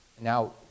Now